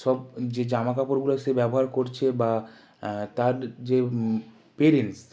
সব যে জামা কাপড়গুলো সে ব্যবহার করছে বা তার যে পেরেন্টস